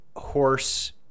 Horse